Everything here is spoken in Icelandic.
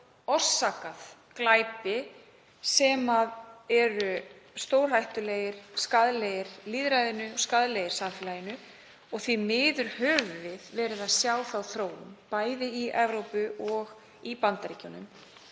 orsakað glæpi sem eru stórhættulegir, skaðlegir lýðræðinu og skaðlegir samfélaginu. Og því miður höfum við séð þá þróun bæði í Evrópu og í Bandaríkjunum.